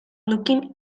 looking